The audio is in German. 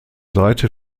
seite